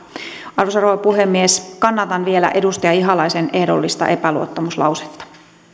arvoisa rouva puhemies kannatan vielä edustaja ihalaisen ehdollista epäluottamuslausetta